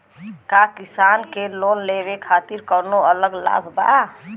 का किसान के लोन लेवे खातिर कौनो अलग लाभ बा?